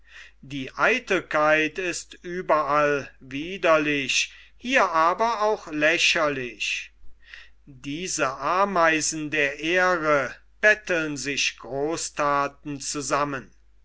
die eitelkeit ist überall widerlich hier aber auch lächerlich diese ameisen der ehre betteln sich großthaten zusammen